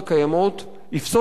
יפסול את הפסילה הזאת,